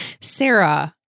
Sarah